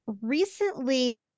recently